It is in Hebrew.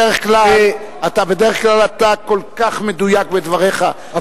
בדרך כלל אתה כל כך מדויק בדבריך,